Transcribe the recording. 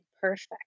perfect